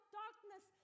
darkness